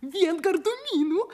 vien gardumynų